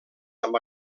amb